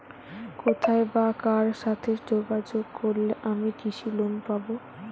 কোথায় বা কার সাথে যোগাযোগ করলে আমি কৃষি লোন পাব?